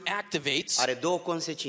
activates